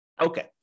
Okay